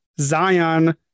Zion